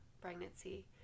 pregnancy